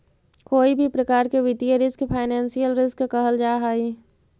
कोई भी प्रकार के वित्तीय रिस्क फाइनेंशियल रिस्क कहल जा हई